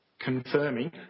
confirming